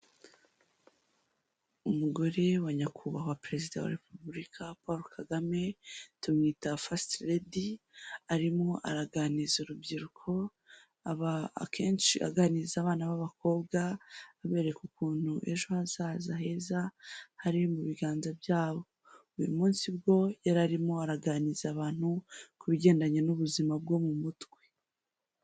Umugore wa nyakubahwa perezida wa repubulika paul kagame tumwita fasite redi arimo araganiriza urubyiruko akenshi aganiriza abana b'abakobwa abereka ukuntu ejo hazaza heza hari mu biganza byabo uyu munsi ubwo yarimo araganiriza abantu ku bigendanye n'ubuzima bwo mu mutwe.